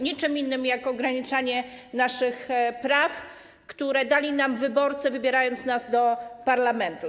Niczym innym jak ograniczaniem naszych praw, które dali nam wyborcy, wybierając nas do parlamentu.